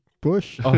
Bush